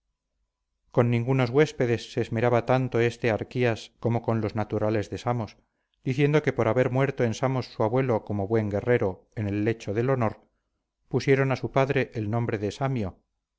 con ningunos huéspedes se esmeraba tanto este arquías como con los naturales de samos diciendo que por haber muerto en samos su abuelo como buen guerrero en el lecho del honor pusieron a su padre el nombre de samio